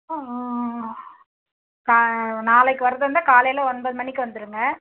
கா நாளைக்கு வர்றதா இருந்தால் காலையில் ஒம்பது மணிக்கு வந்துடுங்க